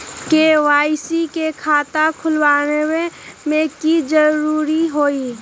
KYC के खाता खुलवा में की जरूरी होई?